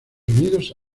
unidos